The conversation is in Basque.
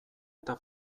eta